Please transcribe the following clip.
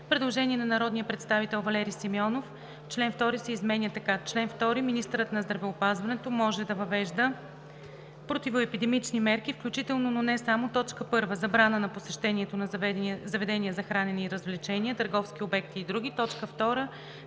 Предложение от народния представител Валери Симеонов: „Член 2 се изменя така: „Чл. 2. Министърът на здравеопазването може да въвежда противоепидемични мерки включително, но не само: 1. забрана на посещението на заведения за хранене и развлечения, търговски обекти и други; 2. забрана